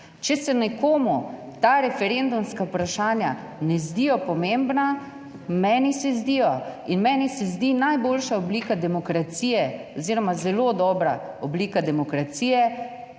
če se nekomu ta referendumska vprašanja ne zdijo pomembna, meni se zdijo in meni se zdi najboljša oblika demokracije oziroma zelo dobra oblika demokracije